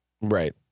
Right